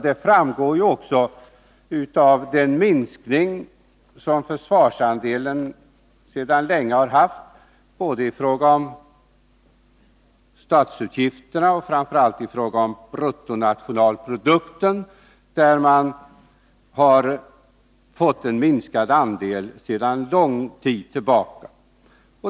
Det framgår också av den minskning av andelen i statsutgifterna och framför allt i bruttonationalprodukten som försvarsutgifterna sedan länge haft.